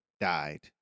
died